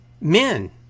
men